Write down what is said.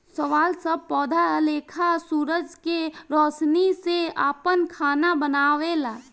शैवाल सब पौधा लेखा सूरज के रौशनी से आपन खाना बनावेला